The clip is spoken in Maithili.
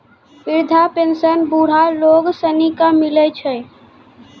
वृद्धा पेंशन बुढ़ा लोग सनी के मिलै छै